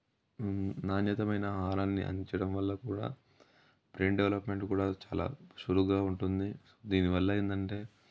నాణ్యతమైన ఆహారాన్ని అందించడం వల్ల కూడా బ్రెయిన్ డెవలప్మెంట్ కూడా చాలా సులువుగా ఉంటుంది దీని వల్ల ఏంటంటే